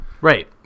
Right